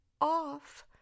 off